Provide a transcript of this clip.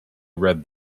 read